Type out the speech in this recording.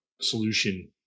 solution